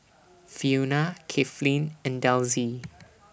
Fiona Kathlyn and Delsie